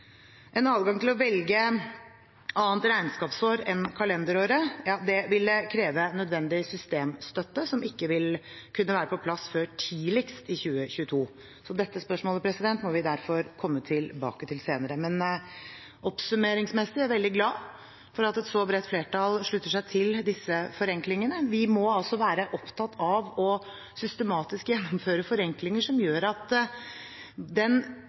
En adgang til å velge annet regnskapsår enn kalenderåret ville kreve nødvendig systemstøtte, som ikke vil kunne være på plass før tidligst i 2022. Dette spørsmålet må vi derfor komme tilbake til senere. Oppsummeringsmessig er jeg veldig glad for at et så bredt flertall slutter seg til disse forenklingene. Vi må være opptatt av systematisk å gjennomføre forenklinger som gjør at den